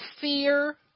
fear